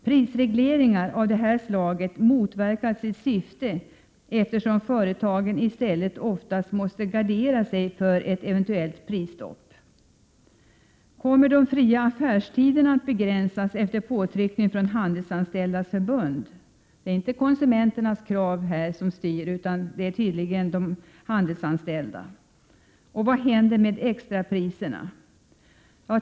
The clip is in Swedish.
Prisregleringar av detta slag motverkar sitt syfte, eftersom företagen i stället oftast måste gardera sig mot ett eventuellt prisstopp. Kommer de fria affärstiderna att begränsas efter påtryckning från Handelsanställdas förbund? Det är inte konsumenternas krav som styr marknaden, utan tydligen de handelsanställda. Vad händer med extrapriserna?